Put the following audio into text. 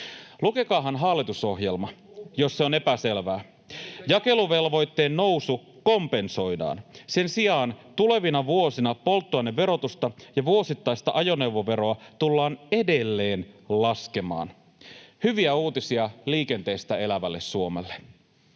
Lukekaahan hallitusohjelma, jos se on epäselvää. [Juho Eerolan välihuuto] Jakeluvelvoitteen nousu kompensoidaan. Sen sijaan tulevina vuosina polttoaineverotusta ja vuosittaista ajoneuvoveroa tullaan edelleen laskemaan. Hyviä uutisia liikenteestä elävälle Suomelle.